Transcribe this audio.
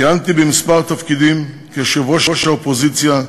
כיהנתי בכמה תפקידים כיושב-ראש האופוזיציה,